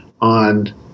on